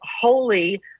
Holy